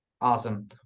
Awesome